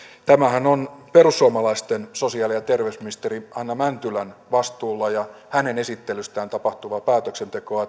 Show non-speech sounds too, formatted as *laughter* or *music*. tämähän on perussuomalaisten sosiaali ja terveysministeri hanna mäntylän vastuulla ja hänen esittelystään tapahtuvaa päätöksentekoa *unintelligible*